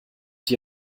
die